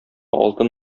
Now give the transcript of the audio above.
алтын